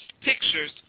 pictures